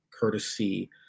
courtesy